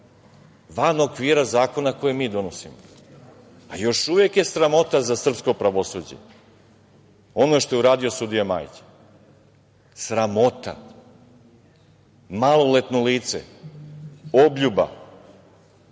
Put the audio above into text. van okvira zakona koje mi donosimo. Još uvek je sramota za srpsko pravosuđe ono što je uradio sudija Majić. Sramota. Maloletno lice, obljuba.